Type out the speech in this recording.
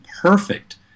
perfect